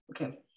Okay